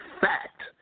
fact